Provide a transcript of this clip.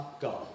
God